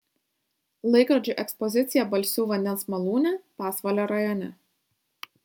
laikrodžių ekspozicija balsių vandens malūne pasvalio rajone